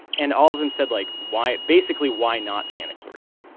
and all of them said, like, why basically, why not santa clarita?